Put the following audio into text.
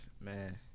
Man